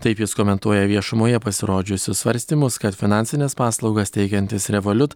taip jis komentuoja viešumoje pasirodžiusius svarstymus kad finansines paslaugas teikiantis revoliut